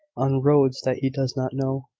on roads that he does not know.